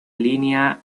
línea